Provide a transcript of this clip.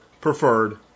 preferred